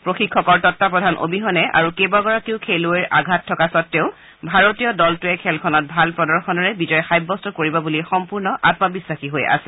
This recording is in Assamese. প্ৰশিক্ষকৰ তত্তাৱধান অবিহনে আৰু কেবাগৰাকীও খেলুৱৈৰ আঘাত স্বত্তেও ভাৰতীয় দলটোৱে খেলখনত ভাল প্ৰদৰ্শনেৰে বিজয় সাব্যস্ত কৰিব বুলি সম্পূৰ্ণ আম্মবিশ্বাসী হৈ আছে